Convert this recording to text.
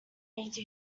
made